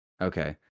Okay